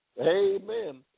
Amen